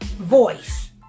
voice